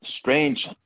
strange